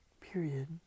period